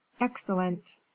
excellent